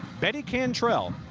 betty can trel,